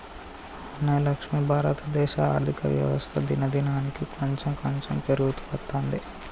అవునే లక్ష్మి భారతదేశ ఆర్థిక వ్యవస్థ దినదినానికి కాంచెం కాంచెం పెరుగుతూ అత్తందే